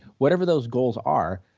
whatever those goals are